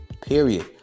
period